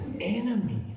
enemies